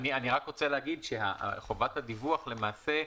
אני רק רוצה להגיד שחובת הדיווח, למעשה,